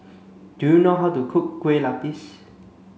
do you know how to cook Kueh Lupis